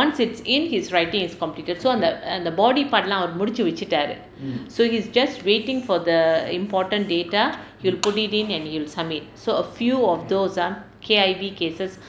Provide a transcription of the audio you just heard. once it's in his writing is completed so அந்த அந்த:antha antha body part lah அவர் முடிச்சு வைச்சுட்டாரு:avar mudichu vaichuttaaru so he's just waiting for the important data he'll put it in and he'll submit so a few of those ah K_I_V cases